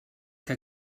que